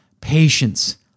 Patience